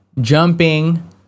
jumping